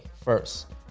first